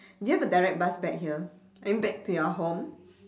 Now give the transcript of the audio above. do you have a direct bus back here I mean back to your home